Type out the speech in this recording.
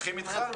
הולכים אתך.